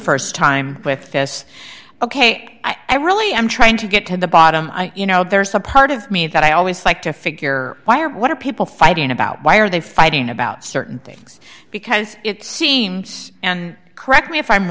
the st time with this ok i really am trying to get to the bottom you know there's a part of me that i always like to figure out what are people fighting about why are they fighting about certain things because it seems and correct me if i'm